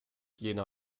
jena